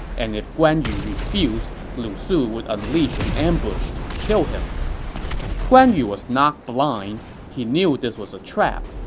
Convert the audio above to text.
and if guan yu refused, lu su would unleash an ambush to kill him guan yu was not blind. he knew it was a trap,